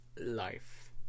life